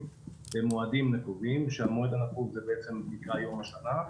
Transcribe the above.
במועדים נקובים ושהמועד הנקוב הוא בעצם נקרא יום השנה.